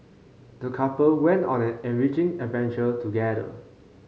the couple went on an enriching adventure together